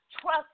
trust